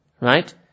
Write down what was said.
right